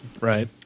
Right